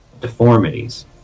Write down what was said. deformities